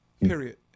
period